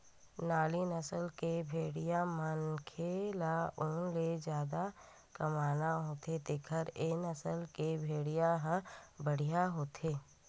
नाली नसल के भेड़िया मनखे ल ऊन ले जादा कमाना होथे तेखर ए नसल के भेड़िया ह बड़िहा होथे